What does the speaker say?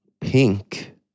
pink